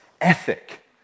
ethic